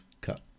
Cut